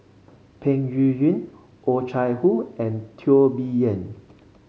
Peng Yuyun Oh Chai Hoo and Teo Bee Yen